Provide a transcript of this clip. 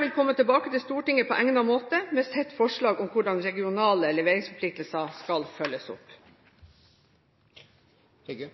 vil komme tilbake til Stortinget på egnet måte med sitt forslag til hvordan regionale leveringsforpliktelser skal følges opp. Eg